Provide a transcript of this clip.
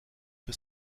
que